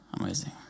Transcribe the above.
Amazing